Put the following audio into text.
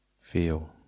feel